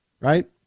right